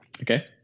Okay